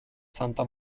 santa